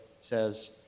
says